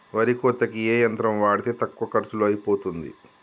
వరి కోతకి ఏ యంత్రం వాడితే తక్కువ ఖర్చులో అయిపోతుంది?